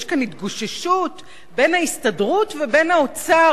כאן התגוששות בין ההסתדרות לבין האוצר,